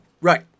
Right